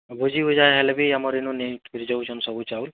ହଁ ଭୁଜିଭୁଜା ହେଲେ ବି ଆମର୍ ଇନୁ ନେଇକିରି ଯାଉଛନ୍ ସବୁ ଚାଉଲ୍